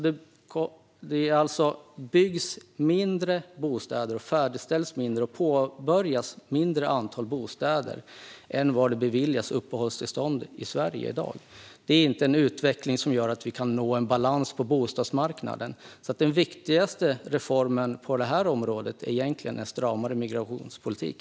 Det byggs, färdigställs och påbörjas färre bostäder än det beviljas uppehållstillstånd i Sverige i dag. Det är inte en utveckling som gör att vi kan nå en balans på bostadsmarknaden. Den viktigaste reformen på det här området är alltså egentligen en stramare migrationspolitik.